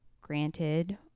granted